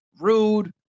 rude